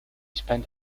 spent